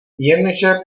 jenže